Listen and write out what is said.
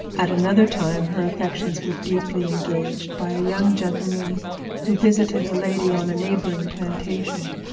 at another time her affections were deeply engaged by a young gentleman who visited a lady on a neighboring plantation.